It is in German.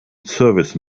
service